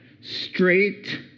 straight